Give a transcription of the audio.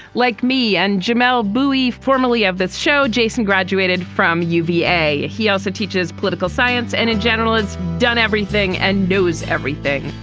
like me and jamelle bouie, formerly of this show, jason graduated from uva a he also teaches political science and in general has done everything and knows everything.